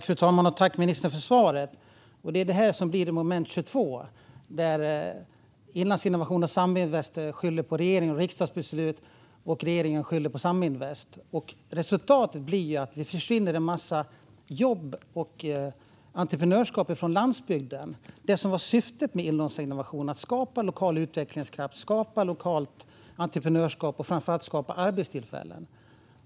Fru talman! Tack, ministern för svaret! Det är detta som blir ett moment 22 - Inlandsinnovation och Saminvest skyller på regerings och riksdagsbeslut, och regeringen skyller på Saminvest. Resultatet blir att det försvinner en massa jobb och entreprenörskap från landsbygden. Syftet med Inlandsinnovation var att skapa lokal utvecklingskraft, att skapa lokalt entreprenörskap och framför allt att skapa arbetstillfällen.